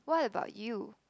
what about you